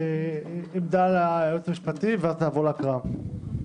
עמדה של היועץ המשפטי ואז נעבור להקראה.